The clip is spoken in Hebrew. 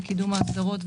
בקידום ההסדרות,